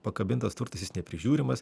pakabintas turtas jis neprižiūrimas